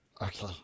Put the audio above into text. Okay